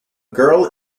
girl